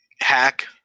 hack